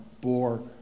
bore